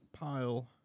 pile